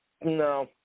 No